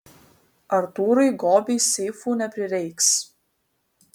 artūrui gobiui seifų neprireiks